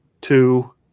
two